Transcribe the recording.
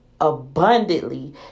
abundantly